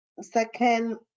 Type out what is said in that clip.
Second